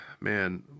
man